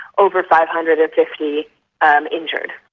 over five hundred and fifty um injured.